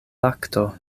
lakto